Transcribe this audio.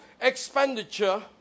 expenditure